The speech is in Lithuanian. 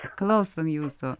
klausom jūsų